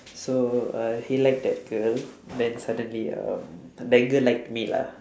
so uh he liked that girl then suddenly um that girl liked me lah